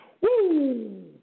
Woo